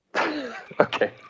Okay